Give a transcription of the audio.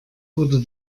wurde